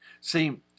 See